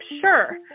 Sure